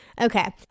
Okay